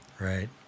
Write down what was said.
Right